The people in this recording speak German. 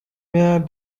mehr